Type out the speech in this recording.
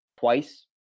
twice